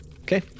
Okay